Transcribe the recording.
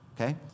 Okay